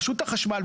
רשות החשמל,